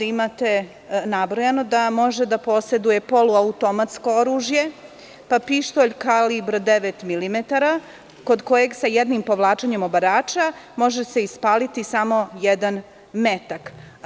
Imate nabrojano da može da poseduje poluautomatsko oružje, pištolj kalibra devet milimetara kod kojeg sa jednim povlačenjem obarača može se ispaliti samo jedan metak.